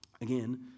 again